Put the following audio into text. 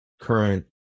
current